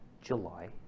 July